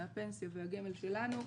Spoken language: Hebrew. מהפנסיה והגמל שלנו,